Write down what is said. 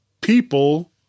People